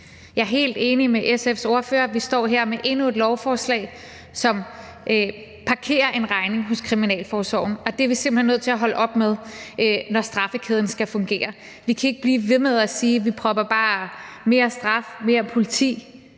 Jeg er helt enig med SF's ordfører i, at vi står her med endnu et lovforslag, som parkerer en regning hos kriminalforsorgen, og det er vi simpelt hen nødt til at holde op med, når straffekæden skal fungere. Vi kan ikke blive ved med at sige: Vi propper bare mere straf, mere politi